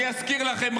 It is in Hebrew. אבל אני רק אזכיר לכם: